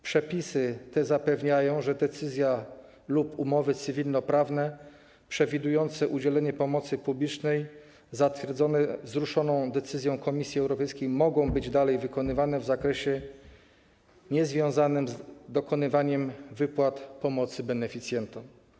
Przepisy te zapewniają, że decyzja lub umowy cywilnoprawne przewidujące udzielenie pomocy publicznej zatwierdzone wzruszoną decyzją Komisji Europejskiej mogą być dalej wykonywane w zakresie niezwiązanym z dokonywaniem wypłat pomocy beneficjentom.